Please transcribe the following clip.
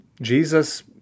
Jesus